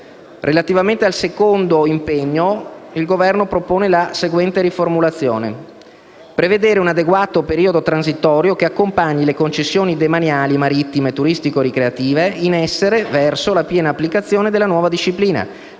Relativamente al secondo impegno, il Governo propone la seguente riformulazione: «a prevedere un adeguato periodo transitorio che accompagni le concessioni demaniali marittime turistico-ricreative in essere verso la piena applicazione della nuova disciplina,